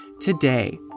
Today